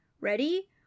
Ready